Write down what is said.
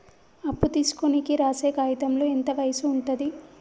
అప్పు తీసుకోనికి రాసే కాయితంలో ఎంత వయసు ఉంటది?